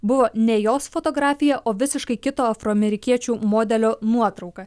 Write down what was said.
buvo ne jos fotografija o visiškai kito afroamerikiečių modelio nuotrauka